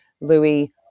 Louis